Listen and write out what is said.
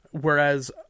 whereas